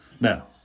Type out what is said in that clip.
Now